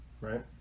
right